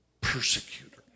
persecutor